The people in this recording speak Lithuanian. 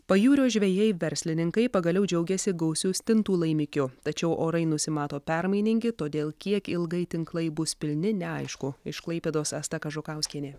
pajūrio žvejai verslininkai pagaliau džiaugiasi gausiu stintų laimikiu tačiau orai nusimato permainingi todėl kiek ilgai tinklai bus pilni neaišku iš klaipėdos asta kažukauskienė